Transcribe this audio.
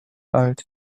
alt